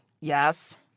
Yes